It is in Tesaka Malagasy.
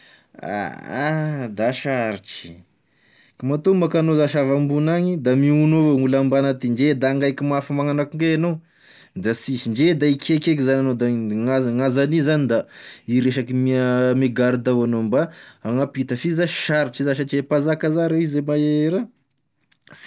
Da sarotry, k'matoa manko anao zash avy ambogny agny da miogno avao gn'olo ambagny aty, ndre da hangaiky mafy magnano anko nge anao da sisy, ndre da hikaikay zany anao da in, gn'aza agny zany da iresaka ami a- ame garda avao anao mba hanampita, f'izy zash sarotry za satria mpanzaka zany izy mahe raha s.